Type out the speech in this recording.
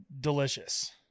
delicious